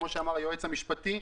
כמו שאמר היועץ המשפטי.